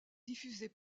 diffusée